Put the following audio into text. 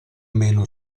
meno